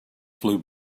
flew